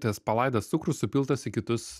tas palaidas cukrus supiltas į kitus